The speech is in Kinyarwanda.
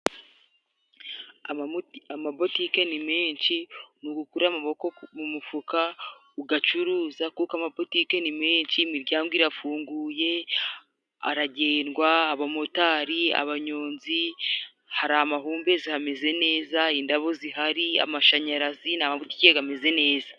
Ama botike ni menshi ni ugukura amaboko mu mufuka ugacuruza kuko amapotiki ni menshi，imiryango irafunguye， aragendwa，abamotari，abanyonzi，hari amahumbezi hameze neza， indabo zihari amashanyarazi nag'ikigega gameze neza.